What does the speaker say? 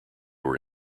were